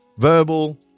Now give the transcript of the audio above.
verbal